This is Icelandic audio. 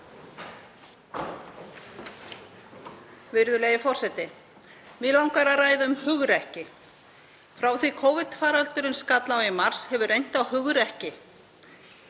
Virðulegi forseti. Mig langar að ræða um hugrekki. Frá því að Covid-faraldurinn skall á í mars hefur reynt á hugrekki